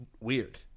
weird